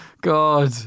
God